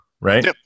right